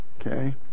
Okay